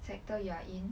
sector you are in